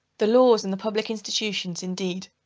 the laws and the public institutions, indeed,